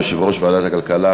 יושב-ראש ועדת הכלכלה,